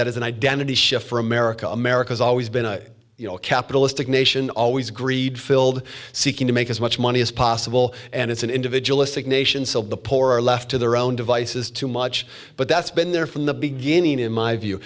that as an identity shift for america america's always been a capitalistic nation always greed filled seeking to make as much money as possible and it's an individualistic nations of the poor are left to their own devices too much but that's been there from the beginning in my view